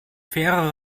faire